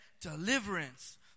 Deliverance